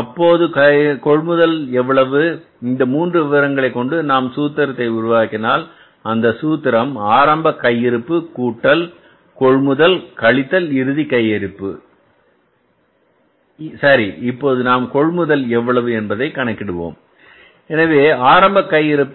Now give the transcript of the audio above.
அப்போது செய்த கொள்முதல் எவ்வளவு இந்த மூன்று விஷயங்களை கொண்டு நாம் சூத்திரத்தை உருவாக்கினால் அந்த சூத்திரம் ஆரம்ப கையிருப்பு கூட்டல் கொள்முதல் கழித்தல் இறுதி கையிருப்பு சரி இப்போது நாம் கொள்முதல் எவ்வளவு என்பதை கணக்கிடுவோம் எனவே ஆரம்ப கையிருப்பு